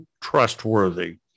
trustworthy